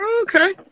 Okay